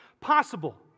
possible